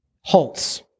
halts